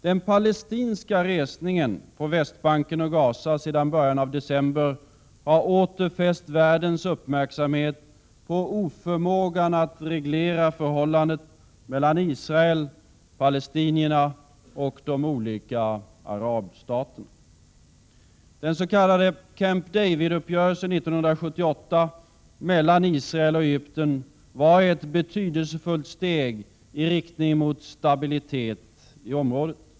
Den palestinska resningen på Västbanken och i Gaza sedan början av december har åter fäst världens uppmärksamhet på oförmågan att reglera förhållandet mellan Israel, palestinierna och de olika arabstaterna. Den s.k. Camp David-uppgörelsen 1978 mellan Israel och Egypten var ett betydelsefullt steg i riktning mot stabilitet i området.